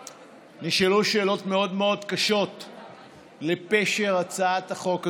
נשאלו שאלות מאוד מאוד קשות לפשר הצעת החוק הזאת.